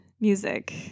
Music